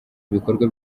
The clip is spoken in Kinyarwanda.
ibikorwa